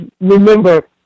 remember